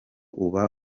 uba